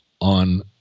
on